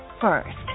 first